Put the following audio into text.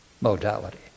modality